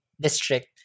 District